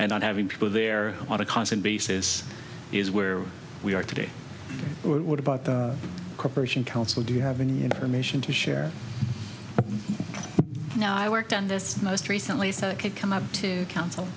and on having people there on a constant basis is where we are today what about the corporation council do you have any information to share now i worked on this most recently so it could come up to coun